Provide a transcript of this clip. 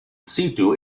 situ